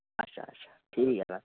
अच्छा अच्छा ठीक ऐ तां